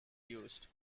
used